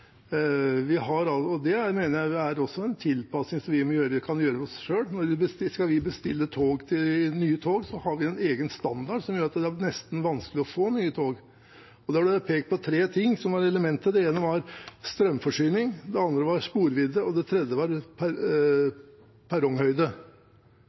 kan gjøre selv. Skal vi bestille nye tog, har vi jo en egen standard som gjør at det nesten er vanskelig å få nye tog. Der ble det pekt på tre elementer. Det ene var strømforsyning, det andre var spordybde, og det tredje var